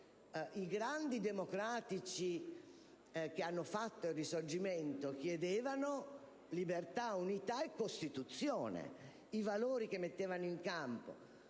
I grandi democratici che hanno fatto il Risorgimento chiedevano libertà, unità e Costituzione. I valori messi in campo